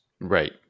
Right